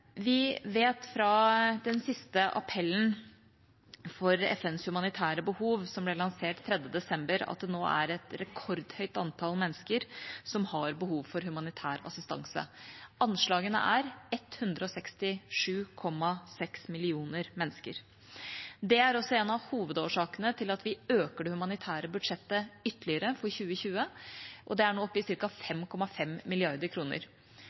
Vi vet fra den siste appellen for FNs humanitære behov, som ble lansert 3. desember, at det nå er et rekordhøyt antall mennesker som har behov for humanitær assistanse. Anslagene er 167,6 millioner mennesker. Det er også en av hovedårsakene til at vi øker det humanitære budsjettet ytterligere for 2020. Det er nå oppe i